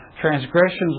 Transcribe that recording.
transgressions